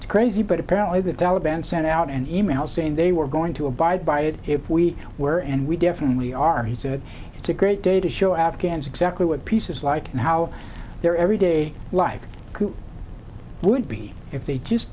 all crazy but apparently the taliban sent out an e mail saying they were going to abide by it if we were and we definitely are he said it's a great day to show afghans exactly what pieces like and how their every day life would be if they just